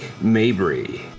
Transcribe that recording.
Mabry